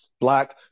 black